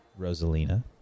Rosalina